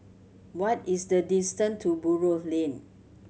what is the distance to Buroh Lane